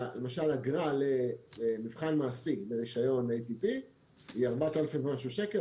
שלמשל אגרה למבחן מעשי ברישיון ATP היא 4,00 ומשהו שקלים.